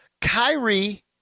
Kyrie